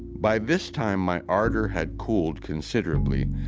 by this time my ardor had cooled considerably,